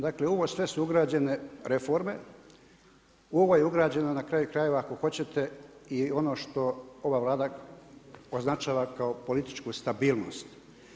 Dakle ovo su sve ugrađene reforme, u ovu je ugrađeno na kraju krajeva ako hoćete i ono što ova Vlada označava kao političku stabilnost.